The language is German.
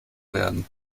werden